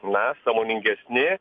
na sąmoningesni